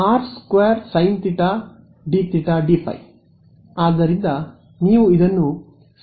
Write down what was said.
R r2 sin dθ dϕ